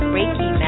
Reiki